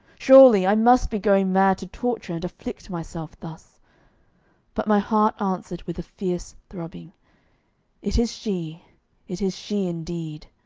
surely, i must be going mad to torture and afflict myself thus but my heart answered with a fierce throbbing it is she it is she indeed